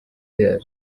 there